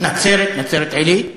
ונצרת נצרת-עילית,